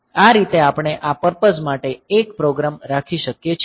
આ રીતે આપણે આ પર્પઝ માટે એક પ્રોગ્રામ રાખી શકીએ છીએ